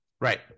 right